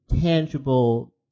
tangible